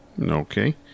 Okay